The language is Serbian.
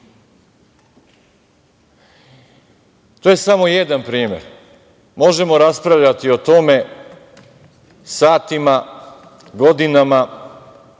je samo jedan primer. Možemo raspravljati o tome satima, godinama,